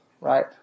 right